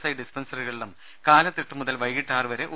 I ഡിസ്പൻസറികളിലും കാലത്ത് എട്ടുമുതൽ വൈകീട്ട് ആറുവരെ ഒ